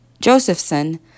Josephson